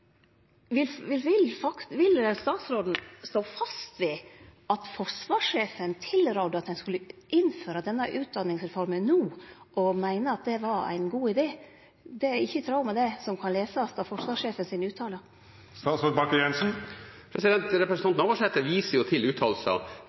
Vil statsråden stå fast ved at forsvarssjefen tilrådde at ein skulle innføre denne utdanningsreforma no, og meinte at det var ein god idé? Det er ikkje i tråd med det som kan lesast av utsegnene frå forsvarssjefen.